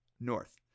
north